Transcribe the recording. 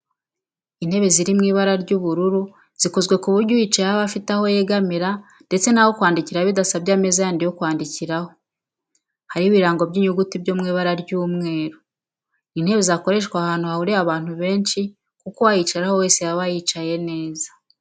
Intebe ziri mu ibara ry'ubururu zikozwe ku buryo uyicayeho aba afite aho yegamira ndetse n'aho kwandikira bidasabye ameza yandi yo kwandikiraho, hariho ibirango by'inyuguti byo mw'ibara ry'umweru. Ni intebe zakoreshwa ahantu hahuriye abantu benshi kuko uwayicaraho wese yaba yicaye neza